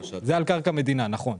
נכון,